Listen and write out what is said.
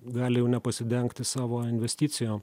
gali jau nepasidengti savo investicijų